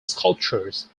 sculptures